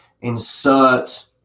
insert